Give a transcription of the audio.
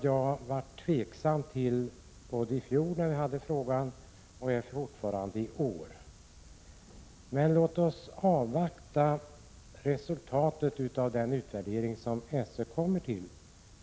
Jag var tveksam redan i fjol när frågan var uppe, och jag är det också i år. Låt oss avvakta resultatet av den utvärdering som SÖ håller på med.